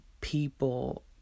people